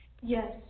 Yes